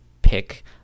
pick